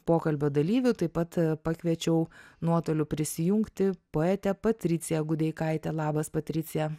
pokalbio dalyvių taip pat pakviečiau nuotoliu prisijungti poetę patriciją gudeikaitę labas patricija